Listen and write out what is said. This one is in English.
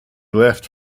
left